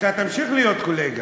אתה תמשיך להיות קולגה,